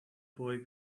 boy